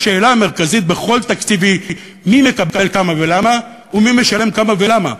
השאלה המרכזית בכל תקציב היא: מי מקבל כמה ולמה ומי משלם כמה ולמה.